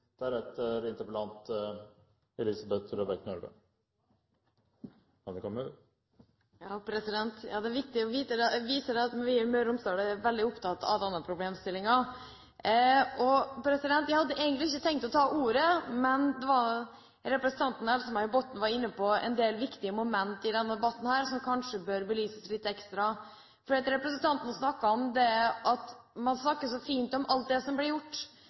Ja, president, det er viktig å vise at vi i Møre og Romsdal er veldig opptatt av denne problemstillingen. Jeg hadde egentlig ikke tenkt å ta ordet, men representanten Else-May Botten var inne på en del viktige momenter i denne debatten som kanskje bør belyses litt ekstra. Representanten snakket så fint om alt det som blir gjort, at man reiste rundt og klippet snorer i disse årene. Ja, det